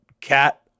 Cat